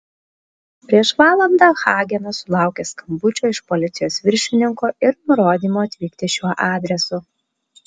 prieš valandą hagenas sulaukė skambučio iš policijos viršininko ir nurodymo atvykti šiuo adresu